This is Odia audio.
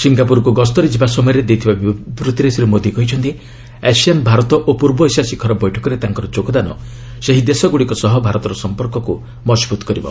ସିଙ୍ଗାପୁରକୁ ଗସ୍ତରେ ଯିବା ସମୟରେ ଦେଇଥିବା ବିବୃଭିରେ ଶ୍ରୀ ମୋଦି କହିଛନ୍ତି ଆସିଆନ୍ ଭାରତ ଓ ପୂର୍ବ ଏସିଆ ଶିଖର ବୈଠକରେ ତାଙ୍କର ଯୋଗଦାନ ସେହି ଦେଶଗୁଡ଼ିକ ସହ ଭାରତର ସମ୍ପର୍କକୁ ମଜବୁତ କରିବା